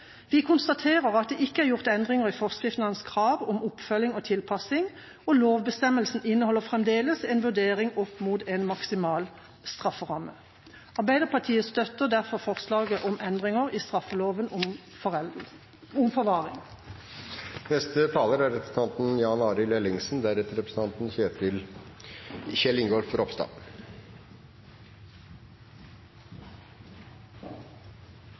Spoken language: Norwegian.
Vi konstaterer at det ikke er gjort endringer i forskriftenes krav om oppfølging og tilpasning, og lovbestemmelsen inneholder fremdeles en vurdering opp mot en maksimal strafferamme. Arbeiderpartiet støtter derfor forslaget om endringer i straffeloven om